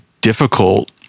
difficult